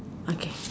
okay